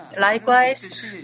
Likewise